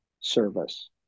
service